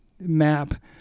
map